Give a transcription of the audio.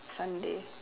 Sunday